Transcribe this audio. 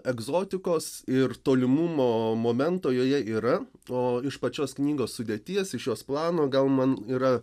egzotikos ir tolimumo momento joje yra o iš pačios knygos sudėties iš jos plano gal man yra